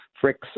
Frick's